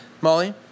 Molly